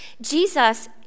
Jesus